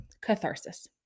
Catharsis